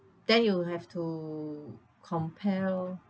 then you have to compare lor